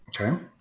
Okay